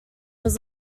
was